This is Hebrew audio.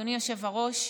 אדוני היושב-ראש,